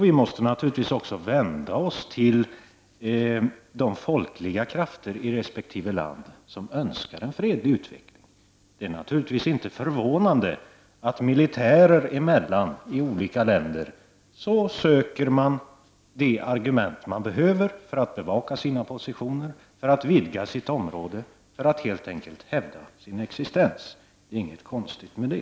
Vi måste naturligtvis vända oss till de folkliga krafter i resp. land som önskar en fredlig utveckling. Det är naturligtvis inte förvånande att militärer i olika länder söker de argument som behövs för att bevaka positionerna, vidga sina områden och helt enkelt hävda deras existens. Det är inget konstigt med det.